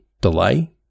delay